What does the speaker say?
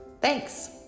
Thanks